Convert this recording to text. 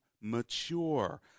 mature